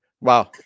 Wow